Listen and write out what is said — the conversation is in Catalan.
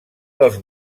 dels